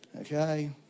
okay